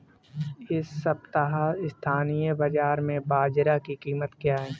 इस सप्ताह स्थानीय बाज़ार में बाजरा की कीमत क्या है?